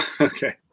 Okay